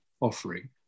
offering